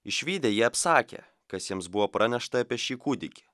išvydę jie apsakė kas jiems buvo pranešta apie šį kūdikį